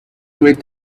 with